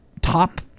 top